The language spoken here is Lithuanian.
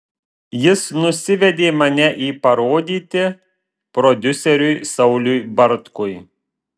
jis nusivedė mane į parodyti prodiuseriui sauliui bartkui